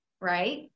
right